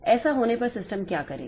ऐसा होने पर सिस्टम क्या करेगा